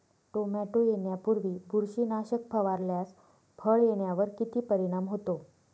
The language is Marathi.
टोमॅटो येण्यापूर्वी बुरशीनाशक फवारल्यास फळ येण्यावर किती परिणाम होतो?